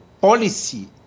policy